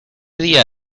día